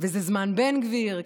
וזה זמן בן גביר,